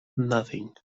nothing